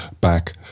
back